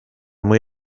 muy